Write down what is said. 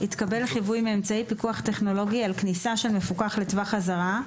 התקבל חיווי מאמצעי פיקוח טכנולוגי על כניסה של מפוקח לטווח אזהרה,